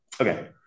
Okay